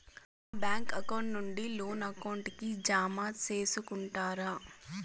మా bank account నుండి loan account కి జామ సేసుకుంటారా?